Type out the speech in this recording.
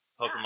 Pokemon